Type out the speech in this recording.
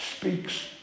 speaks